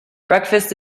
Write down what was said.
breakfast